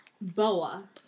Boa